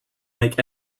make